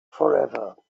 forever